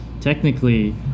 technically